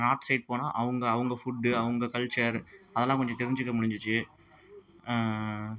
north side போனால் அவங்க அவங்க ஃபுட்டு அவங்க கல்ச்சர் அதெல்லாம் கொஞ்சம் தெரிஞ்சுக்க முடிஞ்சிச்சு